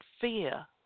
fear